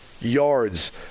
yards